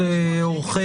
נכון?